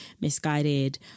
misguided